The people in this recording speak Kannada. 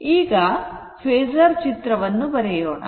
ಈಗ ಫೇಸರ್ ಚಿತ್ರವನ್ನು ಬರೆಯೋಣ